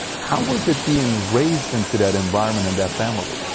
how was it being raised into that environment in that family?